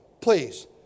please